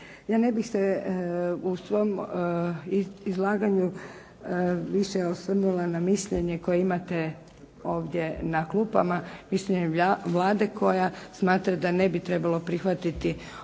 Ja ne bih se u svom izlaganju više osvrnula na mišljenje koje imate ovdje na klupama, mišljenje Vlade koja smatra da ne bi trebalo prihvatiti